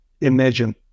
imagine